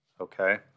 Okay